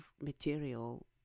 material